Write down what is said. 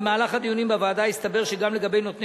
במהלך הדיונים בוועדה הסתבר שגם לגבי נותני